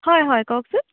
হয় হয় কওকচোন